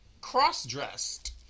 cross-dressed